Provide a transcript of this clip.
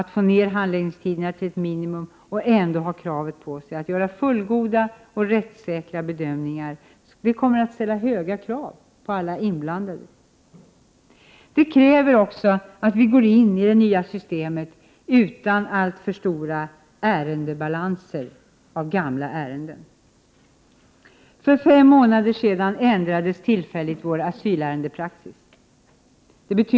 Att få ned handläggningstiderna till ett minimum och ändå ha kravet på sig att göra fullgoda och rättssäkra bedömningar kommer att ställa höga krav på alla inblandade. Det kräver också att vi går in i det nya systemet utan alltför stora ärendebalanser av gamla ärenden. För fem månader sedan ändrades tillfälligt vår asylärendepraxis.